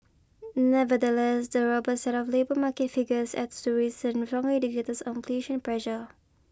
nevertheless the robust set of labour market figures adds to recent stronger indicators of inflation pressure